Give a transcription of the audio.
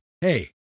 Hey